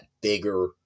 bigger